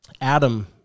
adam